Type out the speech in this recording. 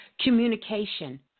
communication